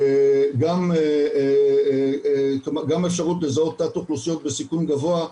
גם האפשרות לזהות תת אוכלוסיות בסיכון גבוה,